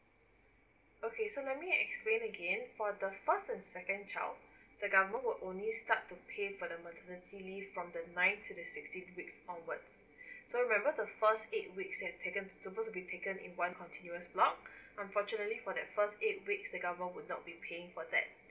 okay so let me explain again for the first and second child the government will only start to pay for the maternity leave from the nine to the sixteen weeks onwards so remember the first eight weeks has taken suppose to be taken in one continuous block unfortunately for that first eight week the government will not be paying for that